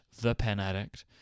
ThePenAddict